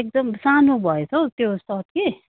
एकदम सानो भएछ हौ त्यो सर्ट कि